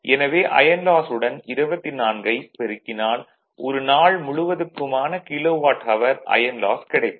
எனவே iron loss உடன் 24 ஐ பெருக்கினால் ஒரு நாள் முழுவதுக்குமான கிலோவாட் அவர் அயர்ன் லாஸ் கிடைக்கும்